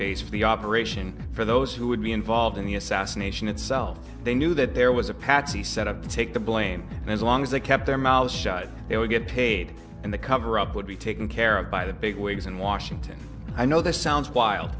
for the operation for those who would be involved in the assassination itself they knew that there was a patsy set up to take the blame and as long as they kept their mouths shut they would get paid and the coverup would be taken care of by the big wigs in washington i know this sounds wild